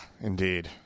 indeed